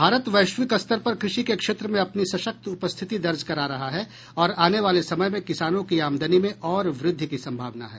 भारत वैश्विक स्तर पर कृषि के क्षेत्र में अपनी सशक्त उपस्थिति दर्ज करा रहा है और आने वाले समय मे किसानों की आमदनी में और वृद्धि की संभावना है